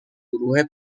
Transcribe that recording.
گروه